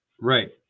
right